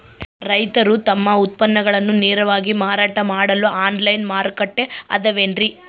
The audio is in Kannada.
ರೈತರು ತಮ್ಮ ಉತ್ಪನ್ನಗಳನ್ನ ನೇರವಾಗಿ ಮಾರಾಟ ಮಾಡಲು ಆನ್ಲೈನ್ ಮಾರುಕಟ್ಟೆ ಅದವೇನ್ರಿ?